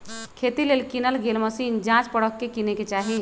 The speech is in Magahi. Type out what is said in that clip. खेती लेल किनल गेल मशीन जाच परख के किने चाहि